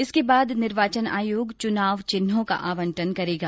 इसके बाद निर्वाचन आयोग चुनाव चिन्हों का आवंटन करेगा